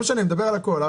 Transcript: לא משנה, אני מדבר על הכול.